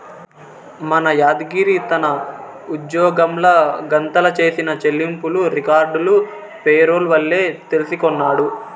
మన యాద్గిరి తన ఉజ్జోగంల గతంల చేసిన చెల్లింపులు రికార్డులు పేరోల్ వల్లే తెల్సికొన్నాడు